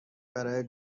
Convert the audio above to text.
برای